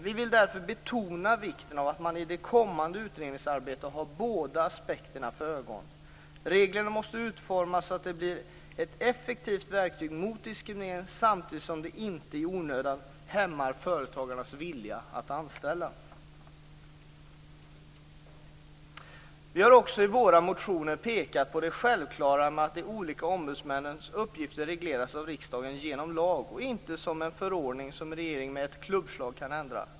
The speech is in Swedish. Vi vill därför betona vikten av att man i det kommande utredningsarbetet har båda aspekterna för ögonen. Reglerna måste utformas så att de blir ett effektivt verktyg mot diskriminering, samtidigt som de inte i onödan hämmar företagarnas vilja att anställa. Vi har också i våra motioner pekat på det självklara med att de olika ombudsmännens uppgifter regleras av riksdagen genom lag och inte som en förordning som regeringen med ett klubbslag kan ändra.